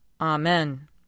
Amen